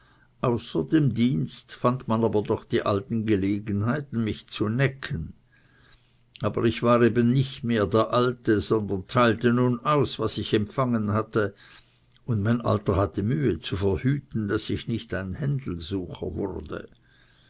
außer dem dienst fand man aber doch die alten gelegenheiten mich zu necken aber ich war eben nicht mehr der alte sondern teilte nun aus was ich empfangen hatte und mein alter hatte mühe zu verhüten daß ich nicht ein händelsucher wurde